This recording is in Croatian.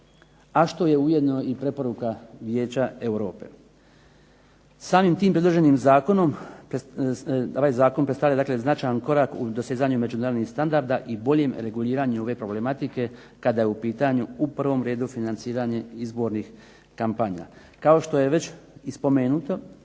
a što je ujedno i preporuka Vijeća Europe. Samim tim predloženim zakonom ovaj zakon predstavlja dakle značajan korak u dosezanju međunarodnih standarda i boljem reguliranju ove problematike kada je u pitanju u prvom redu financiranje izbornih kampanja. Kao što je već i spomenuto